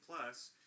plus